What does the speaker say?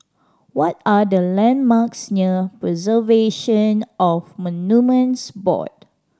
what are the landmarks near Preservation of Monuments Board